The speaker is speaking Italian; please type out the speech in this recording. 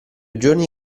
giorni